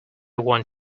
want